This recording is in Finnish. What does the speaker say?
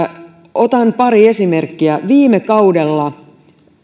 otan pari esimerkkiä viime kaudella